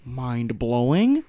mind-blowing